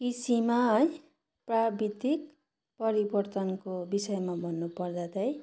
कृषिमा है प्राविधिक परिवर्तनको विषयमा भन्नु पर्दा त